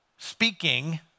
Speaking